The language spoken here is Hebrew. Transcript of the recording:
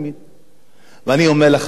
ואני אומר לך, זה חטא על פשע,